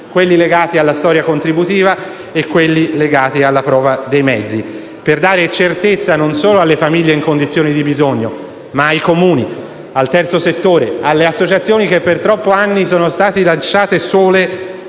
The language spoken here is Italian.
quelli legati alla storia contributiva e quelli sottoposti alla prova dei mezzi. Per dare certezza non solo alle famiglie in condizioni di bisogno ma ai Comuni, al terzo settore, alle associazioni che per troppi anni sono state lasciate sole